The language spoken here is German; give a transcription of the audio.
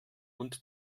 und